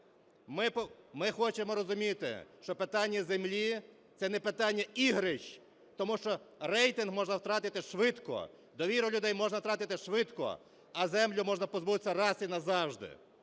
ми хочемо розуміти, що питання землі – це не питання ігрищ, тому що рейтинг можна втратити швидко, довіру людей можна втратити швидко, а землі можна позбутися раз і назавжди.